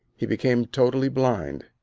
he became totally blind.